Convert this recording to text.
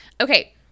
Okay